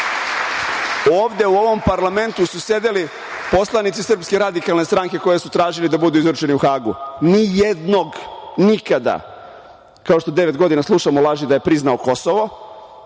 u ovom parlamentu su sedeli poslanici Srpske radikalne stanke koje su tražili da budu izručeni u Hagu. Nijednog, nikada. Kao što devet godina slušamo laži da je priznao Kosovo,